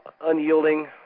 unyielding